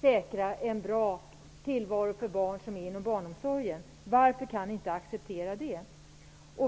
säkra en bra tillvaro för barn inom barnomsorgen? Varför kan ni inte acceptera det?